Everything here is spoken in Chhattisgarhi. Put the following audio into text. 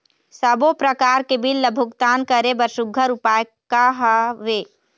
सबों प्रकार के बिल ला भुगतान करे बर सुघ्घर उपाय का हा वे?